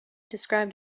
described